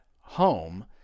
home